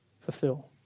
fulfill